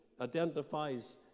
identifies